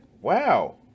Wow